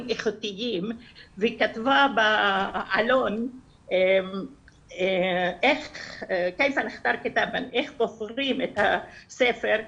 איכותיים וכתבה בעלון איך בוחרים את הספר,